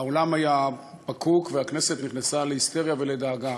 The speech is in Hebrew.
האולם היה פקוק והכנסת נכנסה להיסטריה ולדאגה,